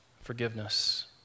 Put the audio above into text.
forgiveness